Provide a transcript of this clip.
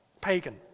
Pagan